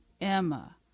Emma